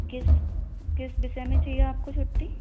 किस किस विषय में चाहिए आपको छुट्टी